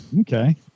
Okay